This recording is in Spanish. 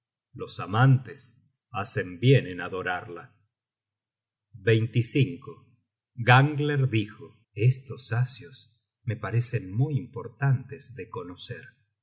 los amantes hacen bien en adorarla gangler dijo estos asios me parecen muy importantes de conocer